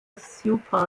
super